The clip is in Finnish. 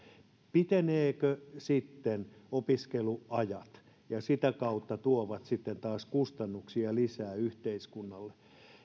pitenevätkö sitten opiskeluajat ja sitä kautta tuovat sitten taas kustannuksia lisää yhteiskunnalle